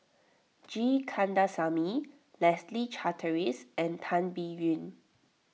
G Kandasamy Leslie Charteris and Tan Biyun